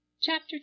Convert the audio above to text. Chapter